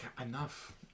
Enough